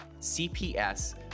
CPS